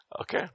Okay